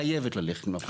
חייבת ללכת למכון בקרה.